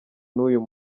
n’uyu